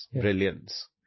brilliance